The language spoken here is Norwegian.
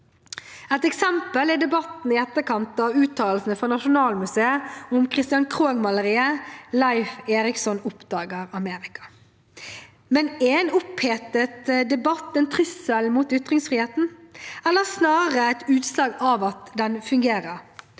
Et eksempel er debatten i etterkant av uttalelsene fra Nasjonalmuseet om Christian Krogh-maleriet «Leiv Eiriksson oppdager Amerika». Men er en opphetet debatt en trussel mot ytringsfriheten, eller snarere et utslag av at den fungerer?